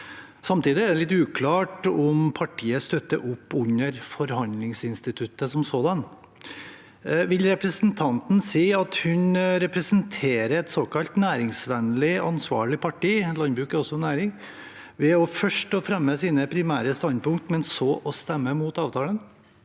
Samtidig er det litt uklart om partiet støtter opp under forhandlingsinstituttet som sådant. Vil representanten si at hun representerer et såkalt næringsvennlig, ansvarlig parti – landbruk er også næring – ved først å fremme sine primære standpunkt, men så å stemme imot avtalen?